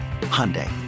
Hyundai